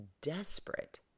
desperate